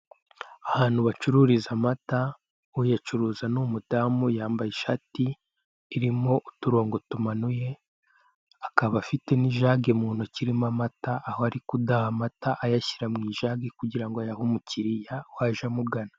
Ahantu bacururiza amata uyacuruza ni umudamu yambaye ishati irimo uturongo tumanuye akaba afite n'ijage muntoki irimo amata, aho ari kudaha amata ayashyira mw'ijage kugirango ayahe umukiriya waje amugana.